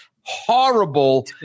horrible